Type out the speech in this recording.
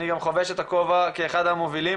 אני גם חובש את הכובע כאחד המובילים